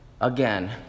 again